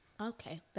Okay